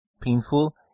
painful